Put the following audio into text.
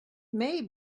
may